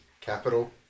capital